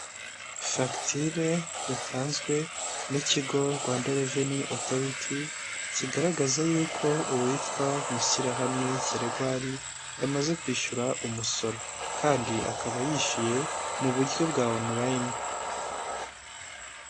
Fagitire yatanzwe n'ikigo Rwanda Revenue Authority, kigaragaza yuko uwitwa Mushyirahamwe Gregoire yamaze kwishyura umusoro kandi akaba yishyuye mu buryo bwa online.